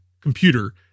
computer